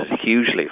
hugely